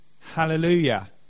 Hallelujah